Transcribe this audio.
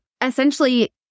essentially